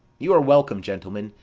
you are welcome, gentlemen!